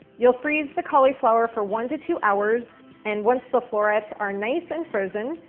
you'll freeze the cauliflower for one to two hours and once the florets are nice and frozen,